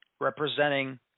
representing